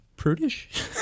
Prudish